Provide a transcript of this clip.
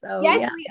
Yes